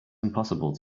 impossible